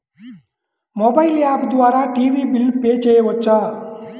Mobile app ద్వారా TV bill pay చేయవచ్చా?